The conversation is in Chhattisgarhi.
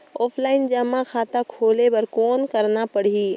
ऑफलाइन जमा खाता खोले बर कौन करना पड़ही?